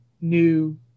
new